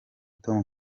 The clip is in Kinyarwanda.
tom